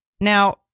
Now